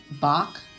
Bach